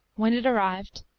when it arrived,